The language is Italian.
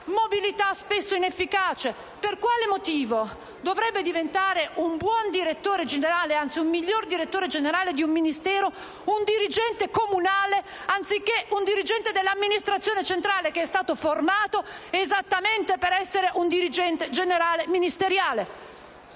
mobilità spesso inefficace. Per quale motivo dovrebbe diventare un migliore direttore generale di un Ministero un dirigente comunale anziché un dirigente dell'amministrazione centrale che è stato formato esattamente per essere un dirigente generale ministeriale?